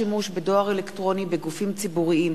הצעת חוק שימוש בדואר אלקטרוני בגופים ציבוריים,